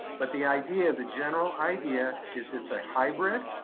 but the idea, the general idea, is it's a hybrid,